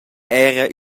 era